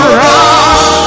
run